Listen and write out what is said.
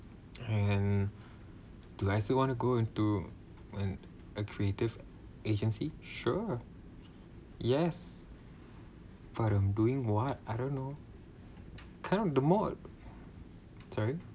and do I still want to go into a a creative agency sure yes but I'm doing what I don't know kind of the mod sorry